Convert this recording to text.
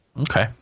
okay